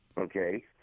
Okay